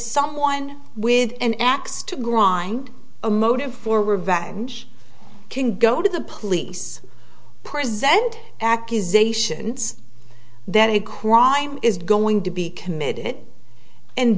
someone with an axe to grind a motive for revenge can go to the police presenting accusations that a crime is going to be committed and